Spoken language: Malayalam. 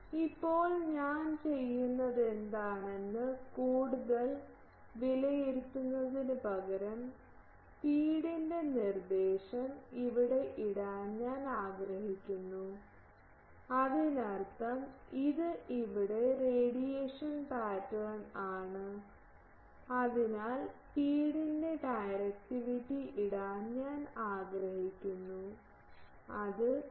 ഇപ്പോൾ ഞാൻ ചെയ്യുന്നതെന്താണെന്ന് കൂടുതൽ വിലയിരുത്തുന്നതിനുപകരം ഫീഡിൻറെ നിർദ്ദേശം ഇവിടെ ഇടാൻ ഞാൻ ആഗ്രഹിക്കുന്നു അതിനർത്ഥം ഇത് ഇവിടെ റേഡിയേഷൻ പാറ്റേൺ ആണ് അതിനാൽ ഫീഡിൻറെ ഡയറക്റ്റിവിറ്റി ഇടാൻ ഞാൻ ആഗ്രഹിക്കുന്നു Df